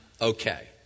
okay